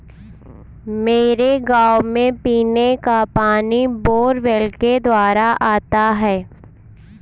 मेरे गांव में पीने का पानी बोरवेल के द्वारा आता है